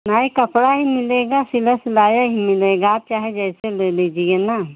नहीं कपड़ा ही मिलेगा सिला सिलाया ही मिलेगा आप चाहे जैसे ले लीजिए ना